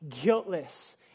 guiltless